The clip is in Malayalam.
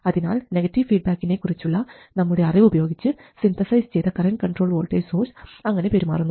അതിനാൽ നെഗറ്റീവ് ഫീഡ്ബാക്കിനെ കുറിച്ചുള്ള നമ്മുടെ അറിവ് ഉപയോഗിച്ച് സിന്തസൈസ് ചെയ്ത കറൻറ് കൺട്രോൾഡ് വോൾട്ടേജ് സോഴ്സ് അങ്ങനെ പെരുമാറുന്നു